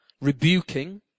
rebuking